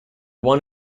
one